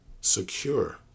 secure